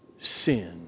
sin